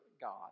God